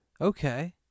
Okay